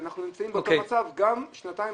ולכן אנחנו נמצאים באותו מצב גם שנתיים